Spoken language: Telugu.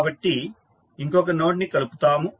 కాబట్టి ఇంకొక నోడ్ ని కలుపుతాము